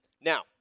Now